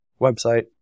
website